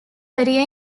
career